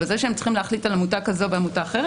אבל זה שהם צריכים להחליט על עמותה כזו ועמותה אחרת,